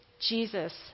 Jesus